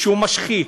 שהוא משחית,